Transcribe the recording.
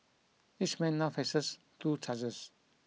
each man now faces two charges